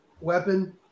weapon